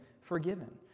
forgiven